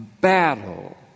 battle